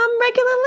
regularly